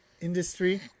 industry